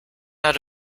out